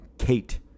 Kate